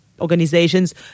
organizations